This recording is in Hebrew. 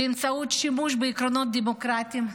באמצעות שימוש בעקרונות דמוקרטיים,